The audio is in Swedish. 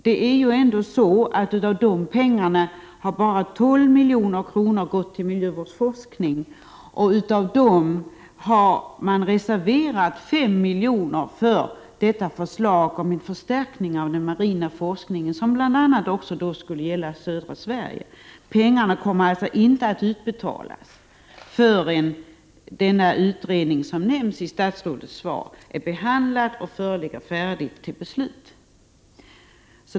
Men av dessa pengar har endast 12 milj.kr. föreslagits gå till miljövårdsforskning, och av dessa 12 milj.kr. har 5 milj.kr. reserverats till förslaget om en förstärkning av den marina forskningen, som bl.a. även skulle gälla södra Sverige. Pengarna kommer alltså inte att utbetalas förrän den utredning som nämns i statsrådets svar är behandlad och föreligger för beslut.